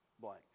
Blank